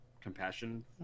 compassion